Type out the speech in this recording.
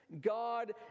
God